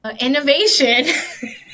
Innovation